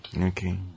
Okay